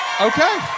Okay